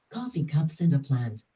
coffee cups, and a plant.